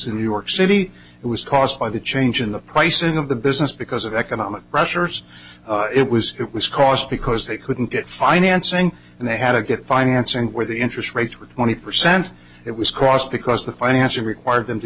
the york city it was caused by the change in the pricing of the business because of economic pressures it was it was caused because they couldn't get financing and they had to get financing where the interest rates were twenty percent it was crossed because the financing required them to